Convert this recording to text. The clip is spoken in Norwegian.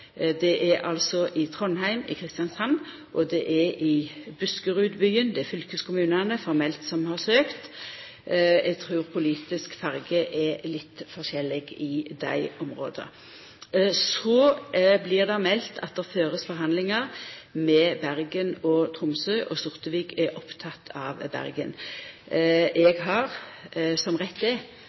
Det gjeld altså i Trondheim, i Kristiansand og i Buskerudbyen, det er fylkeskommunane formelt som har søkt. Eg trur politisk farge er litt forskjellig i dei områda. Så blir det meldt at det blir ført forhandlingar med Bergen og Tromsø. Sortevik er oppteken av Bergen. Eg har – som